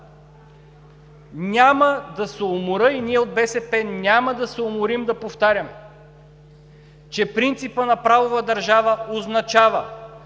Няма да се уморя и ние от БСП няма да се уморим да повтаряме, че принципът на правовата държава означава